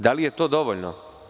Da li je to dovoljno?